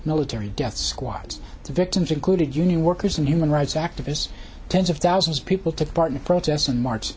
military death squads the victims included union workers and human rights activists tens of thousands of people took part in protests and march